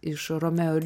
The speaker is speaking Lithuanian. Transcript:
iš romeo ir